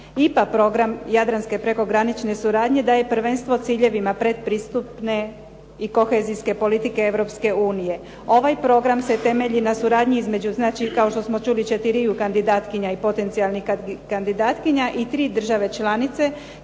IPA program jadranske prekogranične suradnje daje prvenstvo ciljevima predpristupne i kohezijske politike Europske unije. Ovaj program se temelji na suradnji između znači, kao što smo čuli, četiriju kandidatkinja i potencijalnih kandidatkinja i tri države članice,